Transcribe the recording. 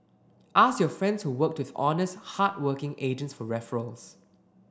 ask your friends who worked with honest hardworking agents for referrals